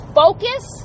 focus